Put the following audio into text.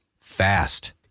fast